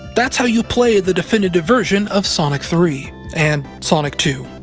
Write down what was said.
that's how you play the definitive version of sonic three. and sonic two.